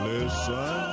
Listen